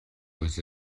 with